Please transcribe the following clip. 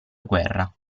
guerra